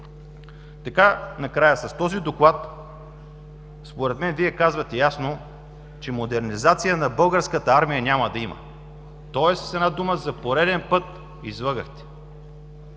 тази оферта? С този Доклад според мен казвате ясно, че модернизация на българската армия няма да има. С една дума за пореден път излъгахте!